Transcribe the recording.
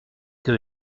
que